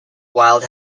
wild